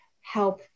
help